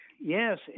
yes